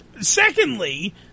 Secondly